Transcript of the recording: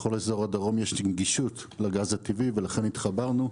בכל אזור הדרום יש נגישות לגז הטבעי ולכן התחברנו.